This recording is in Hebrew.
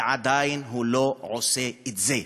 והוא עדיין לא עושה את זה.